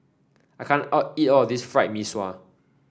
I can't out eat all of this Fried Mee Sua